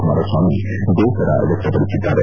ಕುಮಾರಸ್ವಾಮಿ ಬೆಲಸರ ವ್ಯಕ್ತಪಡಿಸಿದ್ದಾರೆ